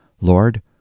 Lord